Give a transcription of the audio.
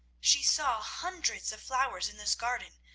she saw hundreds of flowers in this garden,